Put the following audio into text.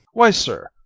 why, sir,